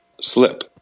slip